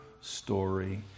story